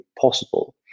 possible